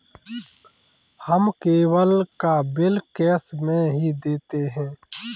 हम केबल का bill cash में ही देते हैं